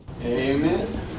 Amen